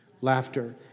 Laughter